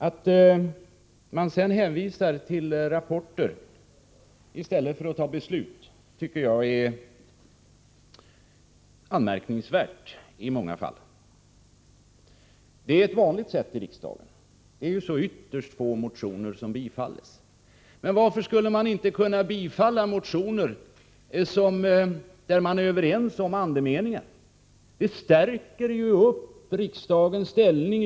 Att hänvisa till rapporter i stället för att fatta beslut är i många fall anmärkningsvärt. Det är ett vanligt sätt i riksdagen. Det är så ytterst få motioner som bifalles. Men varför skulle man inte kunna bifalla motioner där man är överens om andemeningen? Det stärker ju riksdagens ställning.